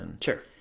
Sure